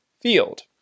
field